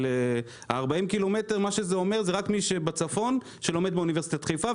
מה שאומר 40 ק"מ שזה רק מי שבצפון שלומד באוניברסיטת חיפה,